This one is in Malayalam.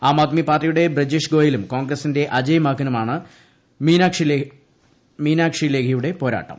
ആം ആദ്മി പാർട്ടിയുടെ ബ്രജേഷ് ഗോയലും കോൺഗ്രസിന്റെ അജയ് മാക്കനുമായാണ് മീനാക്ഷി ലേഖിയുടെ പോരാട്ടം